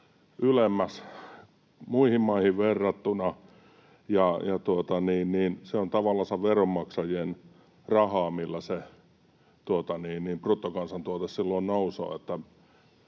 ylemmäs muihin maihin verrattuna, ja se on tavallansa veronmaksajien rahaa, millä se bruttokansantuote silloin nousee.